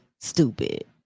stupid